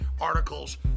articles